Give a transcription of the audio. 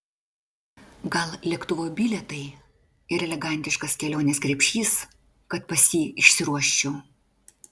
gal lėktuvo bilietai ir elegantiškas kelionės krepšys kad pas jį išsiruoščiau